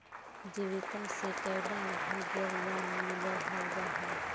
जीविका से कैडा भागेर लोन मिलोहो जाहा?